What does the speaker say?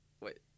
Wait